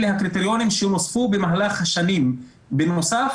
אלה הקריטריונים שנוספו במהלך השנים בנוסף